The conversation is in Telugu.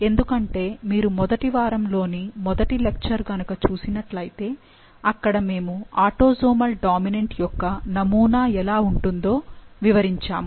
ఎందుకంటే మీరు మొదటి వారంలోని మొదటి లెక్చర్ గనుక చూసినట్లు అయితే అక్కడ మేము ఆటోసోమల్ డామినెంట్ యొక్క నమూనా ఎలా ఉంటుందో వివరించాము